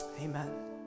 amen